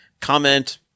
comment